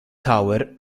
tower